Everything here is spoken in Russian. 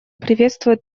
приветствует